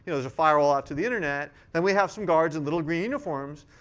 there's a firewall out to the internet, then we have some guards in little green uniforms,